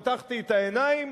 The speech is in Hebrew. פתחתי את העיניים,